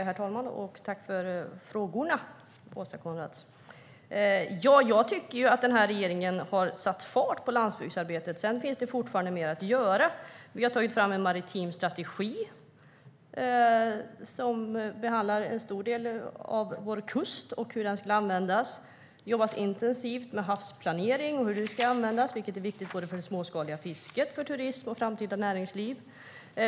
Herr talman! Tack för frågorna, Åsa Coenraads! Jag tycker att regeringen har satt fart på landsbygdsarbetet. Sedan finns det fortfarande mer att göra. Vi har tagit fram en maritim strategi som behandlar en stor del av vår kust och hur den ska användas. Det jobbas intensivt med havsplanering och hur den ska användas, vilket är viktigt för såväl det småskaliga fisket och turismen som för det framtida näringslivet.